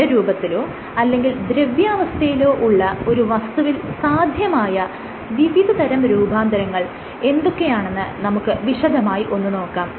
ഖരരൂപത്തിലോ അല്ലെങ്കിൽ ദ്രവ്യാവസ്ഥയിലോ ഉള്ള ഒരു വസ്തുവിൽ സാധ്യമായ വിവിധതരം രൂപാന്തരങ്ങൾ എന്തൊക്കെയാണെന്ന് നമുക്ക് വിശദമായി ഒന്ന് നോക്കാം